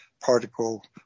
particle